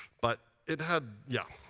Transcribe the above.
but it had, yeah.